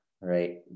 right